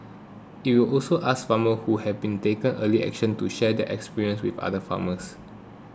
it will also ask farmers who have taken early action to share their experience with other farmers